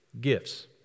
gifts